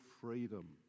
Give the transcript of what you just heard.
freedom